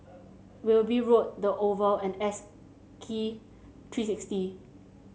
Wilby Road the Oval and S Key three sixty